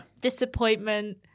Disappointment